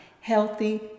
healthy